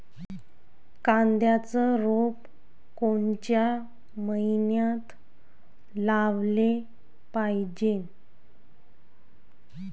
कांद्याचं रोप कोनच्या मइन्यात लावाले पायजे?